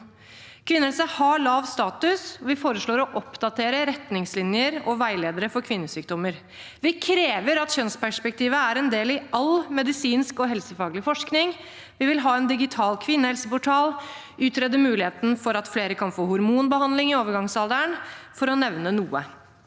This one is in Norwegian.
Kvinnehelse har lav status. Vi foreslår å oppdatere retningslinjer og veiledere for kvinnesykdommer. Vi krever at kjønnsperspektivet er en del i all medisinsk og helsefaglig forskning, og vi vil ha en digital kvinnehelseportal og utrede muligheten for at flere kan få hormonbehandling i overgangsalderen, for å nevne noe.